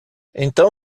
então